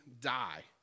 die